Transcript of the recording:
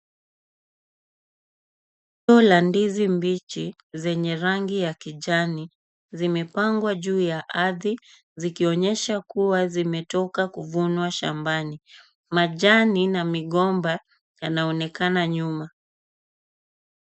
Rundo la ndizi mbichi zenye rangi ya kijani zimepangwa juu ya ardhi zikionyesha kuwa zimetoka kuvunwa shambani. Majani na migomba yanaonekana nyuma.